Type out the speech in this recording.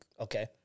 Okay